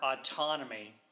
autonomy